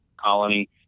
colony